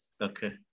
Okay